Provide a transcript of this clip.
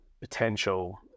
potential